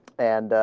and